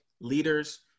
leaders